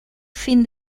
fin